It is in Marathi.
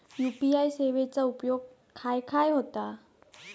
यू.पी.आय सेवेचा उपयोग खाय खाय होता?